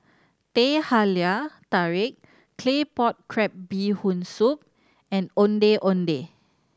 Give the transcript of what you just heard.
Teh Halia Tarik Claypot Crab Bee Hoon Soup and Ondeh Ondeh